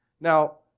Now